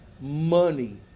money